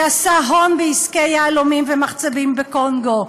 שעשה הון בעסקי יהלומים ומחצבים בקונגו?